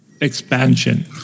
Expansion